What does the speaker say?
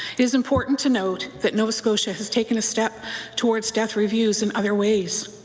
is important to note that nova scotia has taken a step towards death reviews in other ways.